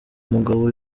mugabo